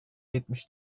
yetmiş